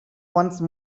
once